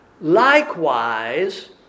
Likewise